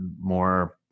more